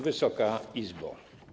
Wysoka Izbo!